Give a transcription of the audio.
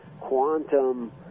quantum